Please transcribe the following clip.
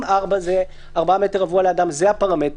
אם 4 מטר רבוע לבן אדם זה הפרמטר,